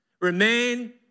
remain